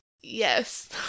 yes